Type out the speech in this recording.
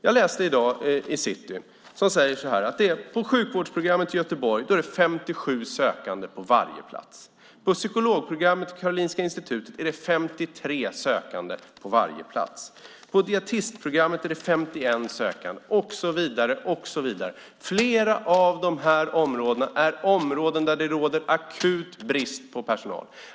Jag läste i dag i City en artikel som säger att på sjukvårdsprogrammet i Göteborg är det 57 sökande på varje plats. På psykologprogrammet på Karolinska Institutet är det 53 sökande på varje plats. På dietistprogrammet är det 51 sökande - och så vidare. Flera av de här områdena är områden där det råder akut brist på personal.